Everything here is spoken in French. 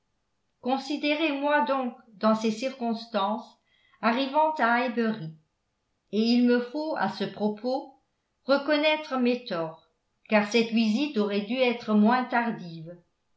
considérez moi donc dans ces circonstances arrivant à highbury et il me faut à ce propos reconnaître mes torts car cette visite aurait dû être moins tardive